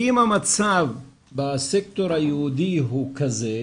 אם המצב בסקטור היהודי הוא כזה,